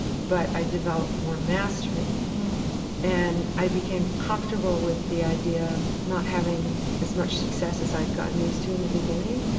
but i developed more mastery and i became comfortable with the idea of not having as much success as gotten used to in the beginning.